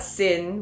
sin